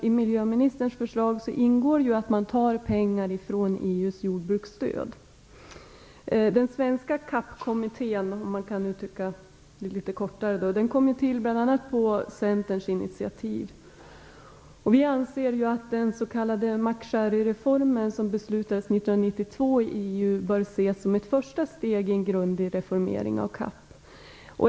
I miljöministerns förslag ingår ju att man skall ta pengar från EU:s jordbruksstöd. Den svenska CAP-kommittén - om man kan uttrycka det så - kom ju till på bl.a. Centerns initiativ. Vi anser att den s.k. McSherry-reformen, som beslutades 1992 i EU, bör ses som ett första steg i en grundlig reformering av CAP.